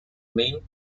main